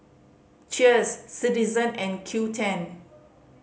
Cheers Citizen and Qoo ten